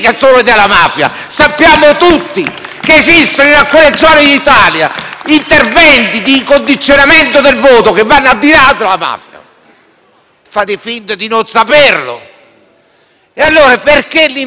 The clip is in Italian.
che esistono, in alcune zone d'Italia, interventi di condizionamento del voto che vanno al di là della mafia. Ma voi fate finta di non saperlo. E allora perché limitare l'intervento soltanto a